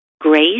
grace